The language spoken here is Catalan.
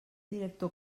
director